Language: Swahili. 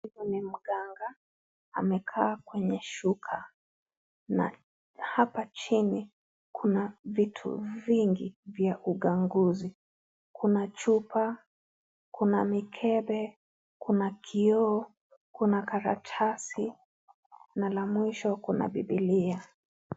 Huyu ni mganga amekaa kwenye shuka na hapa chini kuna vitu vingi vya uganguzi kuna chupa , kuna mikebe , kuna kioo kuna karatasi na la mwisho kuna bibilia.